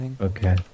Okay